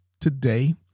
today